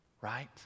Right